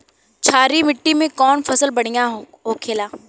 क्षारीय मिट्टी में कौन फसल बढ़ियां हो खेला?